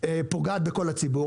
פוגעת בכל הציבור.